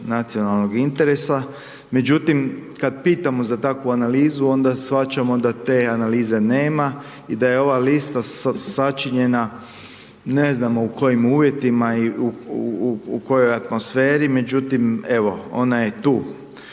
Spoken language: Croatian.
nacionalnog interesa. Međutim, kad pitamo za takvu analizu, onda shvaćamo da te analize nema i da je ova lista sačinjena, ne znamo u kojim uvjetima i u kojoj atmosferi, međutim, evo, ona je tu.